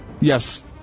yes